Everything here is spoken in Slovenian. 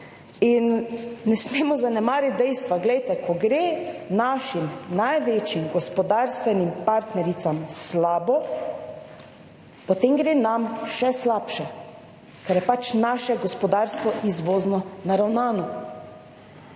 in ne smemo zanemariti dejstva, glejte, ko gre našim največjim gospodarstvenim partnericam slabo, potem gre nam še slabše, ker je pač naše gospodarstvo izvozno naravnano